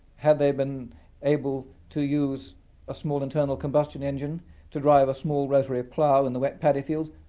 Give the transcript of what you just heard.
had they been able to use a small internal combustion engine to drive a small rotary plough in the wet paddy fields,